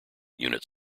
unit